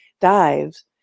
dives